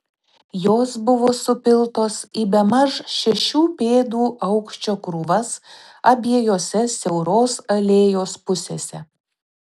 jos buvo supiltos į bemaž šešių pėdų aukščio krūvas abiejose siauros alėjos pusėse